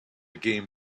game